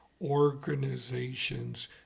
organizations